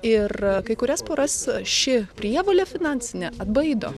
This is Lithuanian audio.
ir kai kurias poras ši prievolė finansinė atbaido